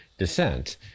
descent